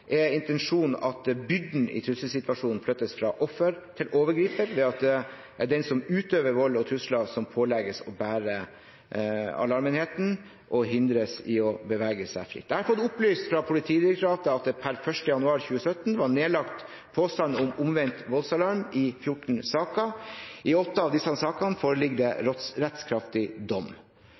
er intensjonen at byrden i trusselsituasjonen flyttes fra offer til overgriper, ved at det er den som utøver vold og trusler, som pålegges å bære alarmenheten og hindres i å bevege seg fritt. Jeg har fått opplyst fra Politidirektoratet at det per 1. januar 2017 var nedlagt påstand om omvendt voldsalarm i 14 saker. I åtte av disse sakene foreligger det rettskraftig dom.